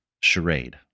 charade